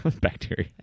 Bacteria